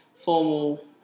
formal